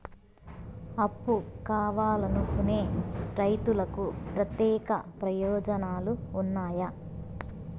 అప్పు కావాలనుకునే రైతులకు ప్రత్యేక ప్రయోజనాలు ఉన్నాయా?